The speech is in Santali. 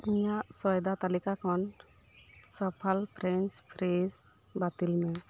ᱤᱧᱟᱜ ᱥᱚᱭᱫᱟ ᱛᱟᱞᱤᱠᱟ ᱠᱷᱚᱱ ᱥᱟᱯᱷᱟᱞ ᱯᱷᱨᱮᱱᱪ ᱯᱷᱨᱤᱥ ᱵᱟᱛᱤᱞ ᱢᱮ